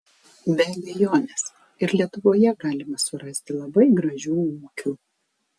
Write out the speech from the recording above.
be abejonės ir lietuvoje galima surasti labai gražių ūkių